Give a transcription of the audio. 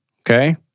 Okay